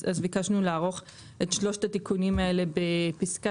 אז ביקשנו לערוך את שלושת התיקונים האלה בפסקה